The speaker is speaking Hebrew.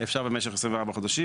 אפשר במשך 24 חודשים,